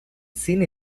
cine